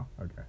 okay